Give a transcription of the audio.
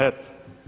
Eto.